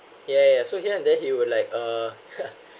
yeah yeah yeah so here and then he will like uh